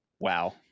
wow